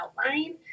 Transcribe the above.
outline